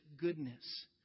goodness